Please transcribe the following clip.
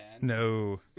No